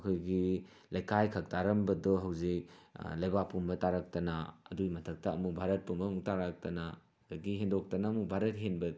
ꯑꯩꯈꯣꯏꯒꯤ ꯂꯩꯀꯥꯏꯈꯛ ꯇꯥꯔꯝꯕꯗꯣ ꯍꯧꯖꯤꯛ ꯂꯩꯕꯥꯛ ꯄꯨꯝꯕ ꯇꯥꯔꯛꯇꯅ ꯑꯗꯨꯏ ꯃꯊꯛꯇ ꯑꯃꯨꯛ ꯚꯥꯔꯠ ꯄꯨꯝꯕ ꯑꯃꯨꯛ ꯇꯥꯔꯛꯇꯅ ꯑꯗꯒꯤ ꯍꯦꯟꯗꯣꯛꯇꯅ ꯑꯃꯨꯛ ꯚꯥꯔꯠ ꯍꯦꯟꯕ